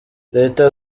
leta